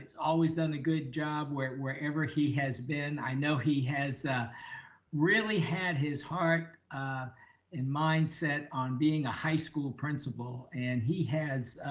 always done a good job where wherever he has been. i know he has really had his heart in mind set on being a high school principal and he has